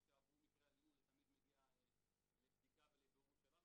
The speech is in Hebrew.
או כשעברו מקרה אלימות זה תמיד מגיע לבדיקה ולבירור שלנו,